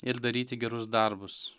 ir daryti gerus darbus